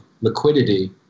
liquidity